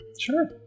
Sure